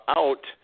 out